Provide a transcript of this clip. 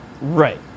Right